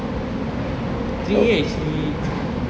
three a actually